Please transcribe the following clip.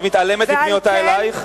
את מתעלמת מפניותי אלייך?